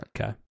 Okay